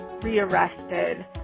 re-arrested